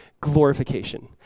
Glorification